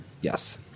yes